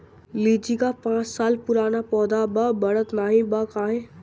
लीची क पांच साल पुराना पौधा बा बढ़त नाहीं बा काहे?